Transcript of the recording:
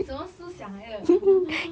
什么思想来的